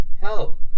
Help